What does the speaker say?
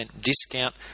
discount